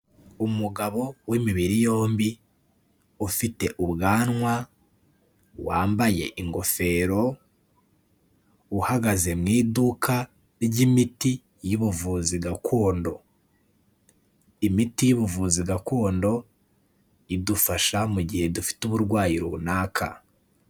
Umugabo w'imibiri yombi ufite ubwanwa, wambaye ingofero, uhagaze mu iduka ry'imiti y'ubuvuzi gakondo, imiti y'ubuvuzi gakondo idufasha mugihe dufite uburwayi runaka.